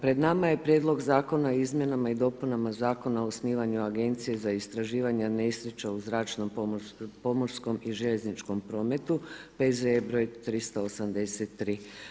Pred nama je prijedlog zakona o izmjenama i dopunama Zakona o osnivanju agencije za istraživanje nesreća u zračnom, pomorskom i željezničkom prometu, P.Z.E. br. 383.